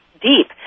deep